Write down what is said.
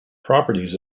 properties